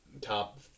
top